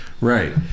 right